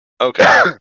Okay